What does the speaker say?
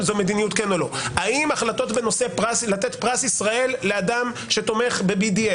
האם ההחלטות בנושא לתת פרס ישראל לאדם שתומך ב-BDS